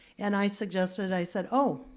and i suggested, i said oh.